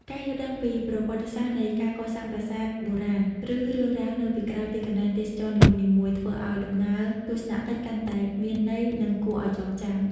ការយល់ដឹងពីប្រវត្តិសាស្ត្រនៃការកសាងប្រាសាទបុរាណ ឬរឿងរ៉ាវនៅពីក្រោយទីកន្លែងទេសចរណ៍នីមួយៗ ធ្វើឲ្យដំណើរទស្សនកិច្ចកាន់តែមានន័យ និងគួរឲ្យចងចាំ។